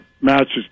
matches